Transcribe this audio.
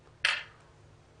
בבקשה.